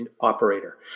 operator